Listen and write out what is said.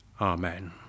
Amen